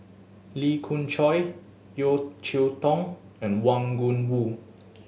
Lee Khoon Choy Yeo Cheow Tong and Wang Gungwu